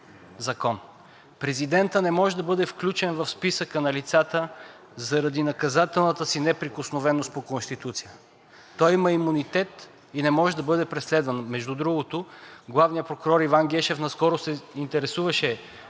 закон. Президентът не може да бъде включен в списъка на лицата заради наказателната си неприкосновеност по Конституция. Той има имунитет и не може да бъде преследван. Между другото, главният прокурор Иван Гешев наскоро се интересуваше